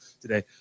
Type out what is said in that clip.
today